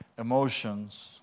emotions